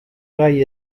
gai